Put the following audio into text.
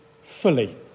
fully